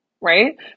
right